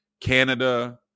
Canada